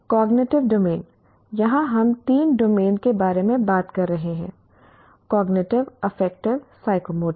cognitive domain यहां हम तीन डोमेन के बारे में बात कर रहे हैं कॉग्निटिव अफेक्टिव साइकोमोटर